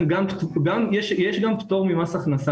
יש גם פטור ממס הכנסה.